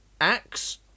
axe